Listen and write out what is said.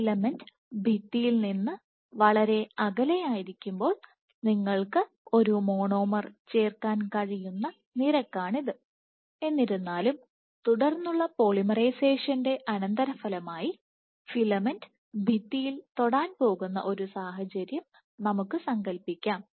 filament ഭിത്തിയിൽ നിന്ന് വളരെ അകലെയായിരിക്കുമ്പോൾ നിങ്ങൾക്ക് ഒരു മോണോമർ ചേർക്കാൻ കഴിയുന്ന നിരക്കാണിത് എന്നിരുന്നാലും തുടർന്നുള്ള പോളിമറൈസേഷന്റെ അനന്തരഫലമായി ഫിലമെന്റ് ഭിത്തിയിൽ തൊടാൻ പോകുന്ന ഒരു സാഹചര്യം നമുക്ക് സങ്കൽപ്പിക്കാം